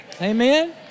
Amen